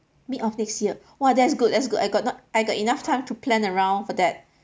mid of next year !wah! that's good that's good I got not I got enough time to plan around for that